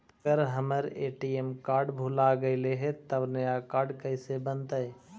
अगर हमर ATM card भुला गैलै हे तब नया काड कइसे बनतै?